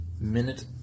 minute